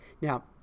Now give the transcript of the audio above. Now